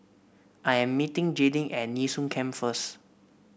I am meeting Jaydin at Nee Soon Camp first